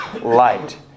light